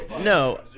No